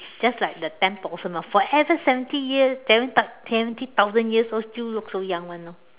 just like the ten potion forever seventy years seven seven thousand years old still look so young [one] orh